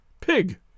Pig